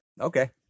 Okay